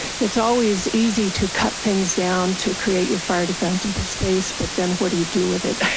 it's always easy to cut things down to create your fire defensible space, but then what do you do with it?